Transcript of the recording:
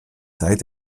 seit